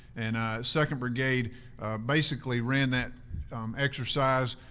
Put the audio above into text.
and second brigade basically ran that exercise,